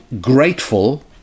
grateful